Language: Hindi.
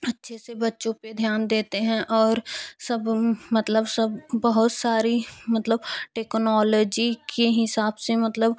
अच्छे से बच्चों पर ध्यान देते हैं और सब मतलब सब बहुत सारी मतलब टेक्नोलॉजी के हिसाब से मतलब